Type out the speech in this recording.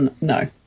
no